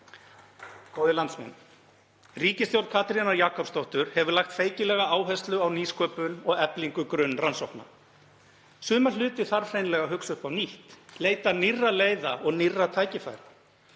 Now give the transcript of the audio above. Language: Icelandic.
Góðir landsmenn. Ríkisstjórn Katrínar Jakobsdóttur hefur lagt feikilega áherslu á nýsköpun og eflingu grunnrannsókna. Suma hluti þarf hreinlega að hugsa upp á nýtt, leita nýrra leiða og nýrra tækifæra.